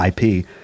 IP